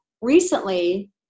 recently